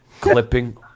clipping